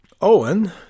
owen